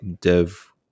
dev